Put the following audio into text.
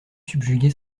subjuguer